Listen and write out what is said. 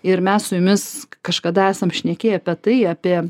ir mes su jumis kažkada esam šnekėję apie tai apie